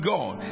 God